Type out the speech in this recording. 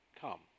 come